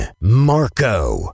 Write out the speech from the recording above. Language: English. Marco